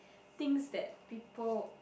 things that people